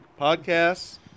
podcasts